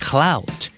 Clout